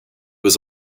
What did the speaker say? was